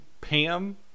Pam